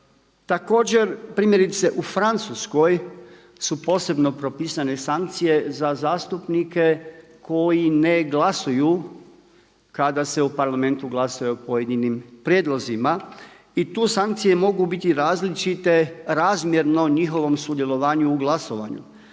Također primjerice u Francuskoj su posebno propisane sankcije za zastupnike koji ne glasuju kada se u parlamentu glasa o pojedinim prijedlozima i tu sankcije mogu biti različite razmjerno njihovom sudjelovanju u glasovanju.